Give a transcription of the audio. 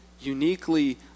uniquely